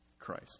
christ